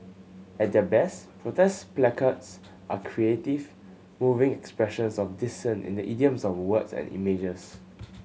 at their best protest placards are creative moving expressions of dissent in the idiom of words and images